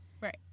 Right